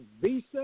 visa